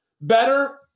better